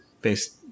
based